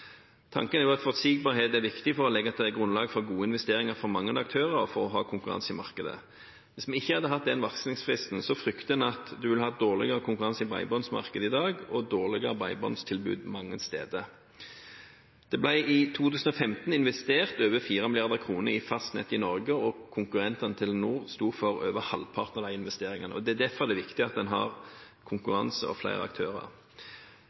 Tanken er at forutsigbarhet er viktig for å legge et grunnlag for gode investeringer for mange aktører og for å ha konkurranse i markedet. Hvis vi ikke hadde hatt den varslingsfristen, frykter en at en ville hatt dårligere konkurranse i bredbåndsmarkedet i dag og dårligere bredbåndstilbud mange steder. Det ble i 2015 investert over 4 mrd. kr i fastnett i Norge, og konkurrentene til Telenor sto for over halvparten av de investeringene. Det er derfor det er viktig at en har konkurranse og flere aktører.